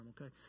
okay